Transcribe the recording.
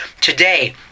today